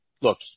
Look